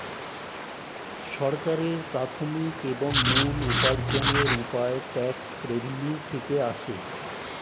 সরকারের প্রাথমিক এবং মূল উপার্জনের উপায় ট্যাক্স রেভেন্যু থেকে আসে